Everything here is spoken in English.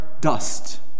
dust